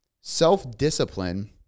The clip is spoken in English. self-discipline